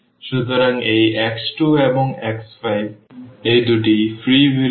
সুতরাং এই x2 এবং x5 এই দুটি ফ্রি ভেরিয়েবল